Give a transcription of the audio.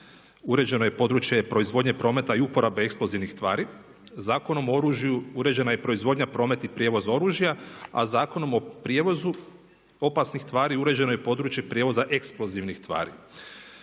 uređeno je područje proizvodnje prometa i uporabe eksplozivnih tvari, Zakonom o oružju uređena je proizvodnja, promet i prijevoz oružja, a Zakonom o prijevozu opasnih tvari uređeno je područje prijevoza eksplozivnih tvari.